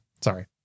Sorry